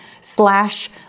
slash